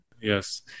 Yes